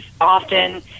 often